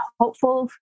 hopeful